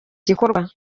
gikorwa